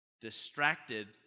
Distracted